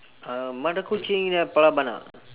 uh mata kucing pala bana